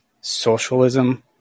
socialism